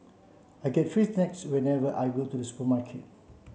I get free snacks whenever I go to the supermarket